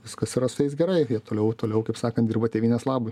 viskas yra su jais gerai jie toliau toliau kaip sakant dirba tėvynės labui